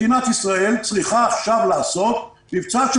מדינת ישראל צריכה עכשיו לעשות מבצע של